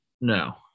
no